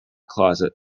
closet